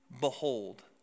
Behold